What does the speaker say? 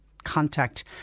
Contact